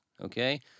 okay